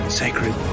sacred